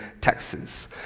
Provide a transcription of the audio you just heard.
Texas